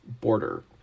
border